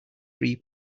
free